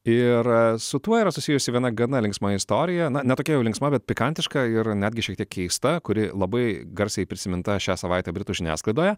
ir su tuo yra susijusi viena gana linksma istorija na ne tokia jau linksma bet pikantiška ir netgi šiek tiek keista kuri labai garsiai prisiminta šią savaitę britų žiniasklaidoje